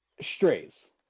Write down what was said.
Strays